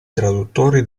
traduttori